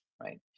right